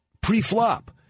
pre-flop